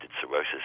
cirrhosis